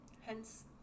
hence